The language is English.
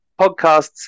podcasts